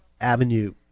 Avenue